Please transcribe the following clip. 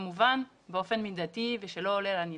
כמובן באופן מידתי ושלא עולה על הנדרש.